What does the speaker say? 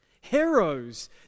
heroes